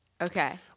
Okay